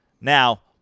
Now